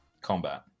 combat